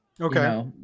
Okay